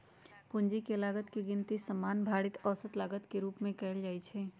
पूंजी के लागत के गिनती सामान्य भारित औसत लागत के रूप में कयल जाइ छइ